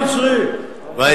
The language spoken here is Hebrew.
בשבח העם המצרי, מה יהיה?